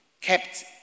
kept